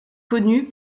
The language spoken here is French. connue